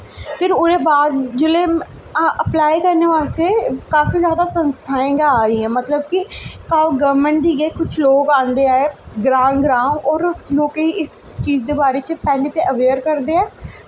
फिर ओह्दे बाद जिसलै अपलाई करने बास्तै काफी जादा संस्थाएं गै आ दियां मतलब के गौरमैंट दे गै कुछ लोग आंदे ऐ ग्रां ग्रां और लोकें गी इस चीज दे बारे च पैह्लें ते अवेयर करदे ऐ